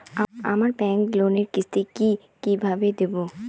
আমার ব্যাংক লোনের কিস্তি কি কিভাবে দেবো?